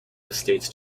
estates